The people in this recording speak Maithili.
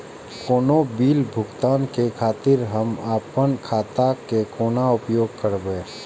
कोनो बील भुगतान के खातिर हम आपन खाता के कोना उपयोग करबै?